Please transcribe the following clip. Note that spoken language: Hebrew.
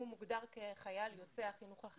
הוא מוגדר כחייל יוצא החינוך החרדי.